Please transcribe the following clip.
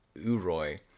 Uroy